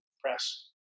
press